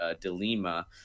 Delima